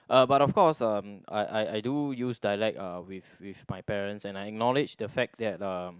uh but of course uh I I I do use dialect uh with with my parents and I acknowledge the fact that uh